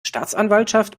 staatsanwaltschaft